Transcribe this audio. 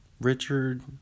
Richard